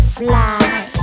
fly